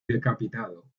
decapitado